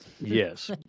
Yes